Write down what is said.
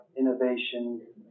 innovation